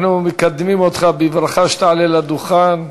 אנחנו מקדמים אותך בברכה שתעלה לדוכן.